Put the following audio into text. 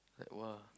like !wah!